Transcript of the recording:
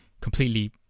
completely